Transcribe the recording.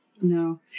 No